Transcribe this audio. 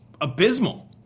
abysmal